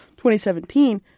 2017